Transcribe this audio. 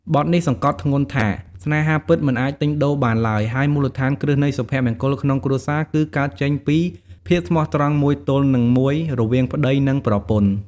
បទនេះសង្កត់ធ្ងន់ថា ស្នេហាពិតមិនអាចទិញដូរបានឡើយ ហើយមូលដ្ឋានគ្រឹះនៃសុភមង្គលក្នុងគ្រួសារគឺកើតចេញពី ភាពស្មោះត្រង់មួយទល់នឹងមួយរវាងប្តីនិងប្រពន្ធ។